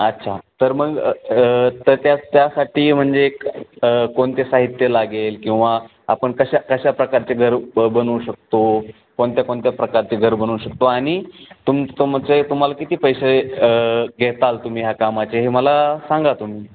अच्छा तर मग तर त्या त्यासाठी म्हणजे कोणते साहित्य लागेल किंवा आपण कशा कशा प्रकारचे घर बनवू शकतो कोणत्या कोणत्या प्रकारचे घर बनवू शकतो आणि तुम तुमचे तुम्हाला किती पैसे घ्याल तुम्ही ह्या कामाचे हे मला सांगा तुम्ही